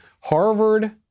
Harvard